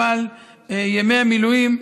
אבל ימי המילואים,